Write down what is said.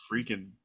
freaking